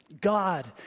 God